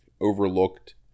overlooked